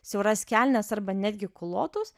siauras kelnes arba netgi klotus